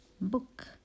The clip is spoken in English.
book